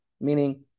Meaning